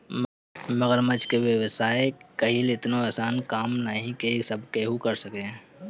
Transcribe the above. मगरमच्छ के व्यवसाय कईल एतनो आसान काम नइखे की सब केहू कर सके